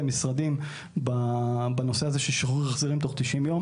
המשרדים בנושא הזה של שחרור החזרים בתוך 90 יום